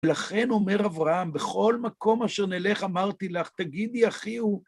לכן אומר אברהם, בכל מקום אשר נלך, אמרתי לך, תגידי, אחי הוא...